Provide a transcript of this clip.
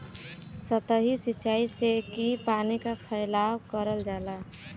सतही सिचाई से ही पानी क फैलाव करल जाला